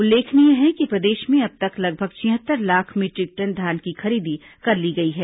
उल्लेखनीय है कि प्रदेश में अब तक लगभग छिहत्तर लाख मीट्रिक टन धान की खरीदी कर ली गई है